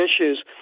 issues